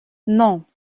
non